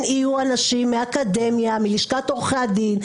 יהיו אנשים מהאקדמיה ומלשכת עורכי הדין,